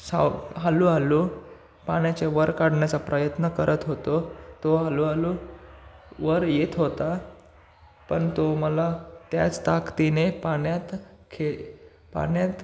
साव हळूहळू पाण्याच्या वर काढण्याचा प्रयत्न करत होतो तो हळूहळू वर येत होता पण तो मला त्याच ताकदीने पाण्यात खे पाण्यात